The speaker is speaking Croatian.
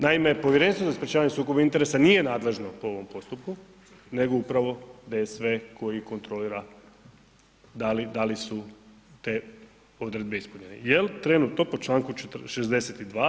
Naime, Povjerenstvo za sprečavanje sukoba interesa nije nadležno po ovom postupku nego upravo DSV koji kontrolira da li su te odredbe ispunjene jel trenutno po članku 62.